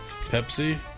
Pepsi